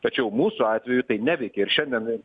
tačiau mūsų atveju tai neveikia ir šiandien